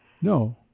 No